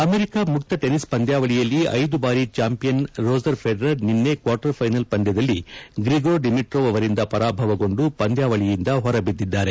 America ಮುಕ್ತ tennis ಪಂದ್ನಾವಳಿಯಲ್ಲಿ ಐದು ಬಾರಿ ಚಾಂಪಿಯನ್ ರೋಜರ್ ಫೆಡರರ್ ನಿನ್ನೆ ಕ್ವಾರ್ಟರ್ ಫೈನಲ್ಪ್ ಪಂದ್ಯದಲ್ಲಿ ಗ್ರಿಗೋರ್ ಡಿಮಿಟ್ರೋವ್ ಅವರಿಂದ ಪರಾಭವಗೊಂಡು ಪಂದ್ಯಾವಳಿಯಿಂದ ಹೊರಬಿದ್ದಿದ್ದಾರೆ